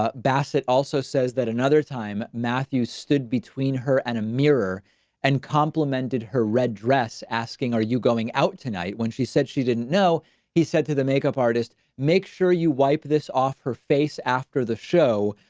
ah basset also says that another time matthew stood between her and a mirror and complimented her red dress asking. are you going out tonight when she said she didn't know he said to the makeup artist make sure you wipe this off her face after the show.